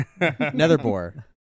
Netherbor